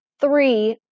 Three